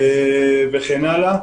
וכן הלאה.